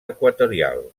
equatorial